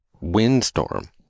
windstorm